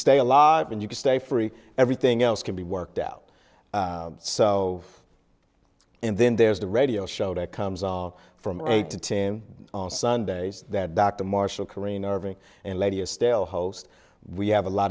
stay alive and you can stay free everything else can be worked out so and then there's the radio show that comes on from eight to team on sundays that dr marshall corinne irving and lady a stale host we have a lot